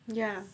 ya